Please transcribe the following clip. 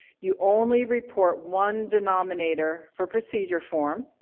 you only report one denominator for procedure form,